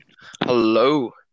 Hello